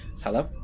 Hello